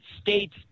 state's